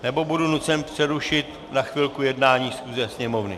Nebo budu nucen přerušit na chvilku jednání schůze Sněmovny.